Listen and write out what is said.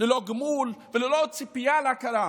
ללא גמול ולא ציפייה להכרה.